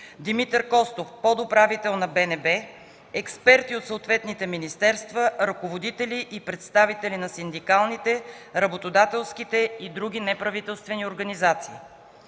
Димитър Костов – подуправител на БНБ, експерти от съответните министерства, ръководители и представители на синдикалните, работодателските и други неправителствени организации.